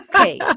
okay